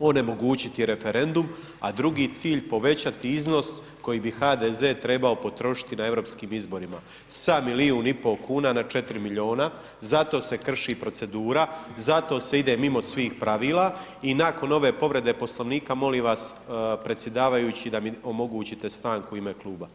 onemogućiti referendum a drugi cilj povećati iznos koji bi HDZ trebao potrošiti na europskim izborima, sa milijun i po kuna na 4 milijuna, zato se krši procedura, zato se ide mimo svih pravila i nakon ove povrede Poslovnika molim vas predsjedavajući da mi omogućite stanku u ime kluba.